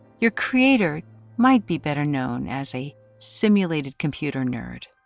your creator might be better known as a simulated computer nerd.